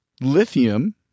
lithium